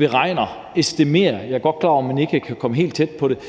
eller estimeret – jeg er godt klar over, at man ikke kan komme helt tæt på det –